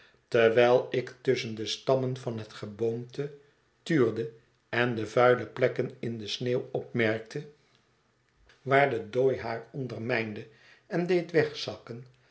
terwijl ik tusschen de stammen van het geboomte tuurde en de vuile plekken in de sneeuw opmerkte waar de dooi haar ondermijnde en deed wegzakken